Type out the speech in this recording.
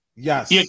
Yes